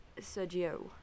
Sergio